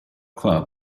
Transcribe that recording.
club